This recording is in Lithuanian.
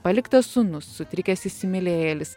paliktas sūnus sutrikęs įsimylėjėlis